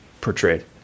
portrayed